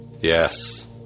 yes